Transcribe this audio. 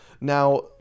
Now